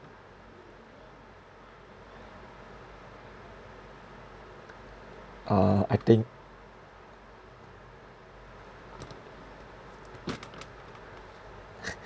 uh I think